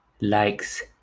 likes